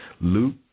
Luke